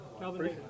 Calvin